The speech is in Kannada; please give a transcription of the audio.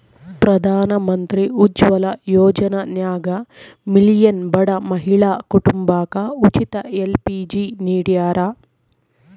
ಪ್ರಧಾನಮಂತ್ರಿ ಉಜ್ವಲ ಯೋಜನ್ಯಾಗ ಮಿಲಿಯನ್ ಬಡ ಮಹಿಳಾ ಕುಟುಂಬಕ ಉಚಿತ ಎಲ್.ಪಿ.ಜಿ ನಿಡ್ಯಾರ